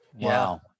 Wow